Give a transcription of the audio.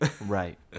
right